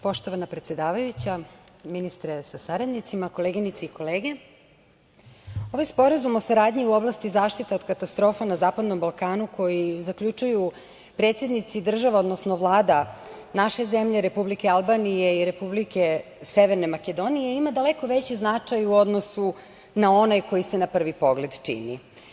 Poštovana predsedavajuća, ministre sa saradnicima, koleginice i kolege, ovaj sporazum o saradnji u oblasti zaštite od katastrofa na zapadnom Balkanu, koji zaključuju predsednici država, odnosno Vlada naše zemlje, Republike Albanije i Republike Severne Makedonije ima daleko veći značaj u odnosu na onaj koji se na prvi pogled čini.